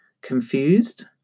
confused